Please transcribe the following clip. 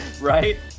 Right